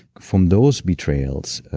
from those betrayals,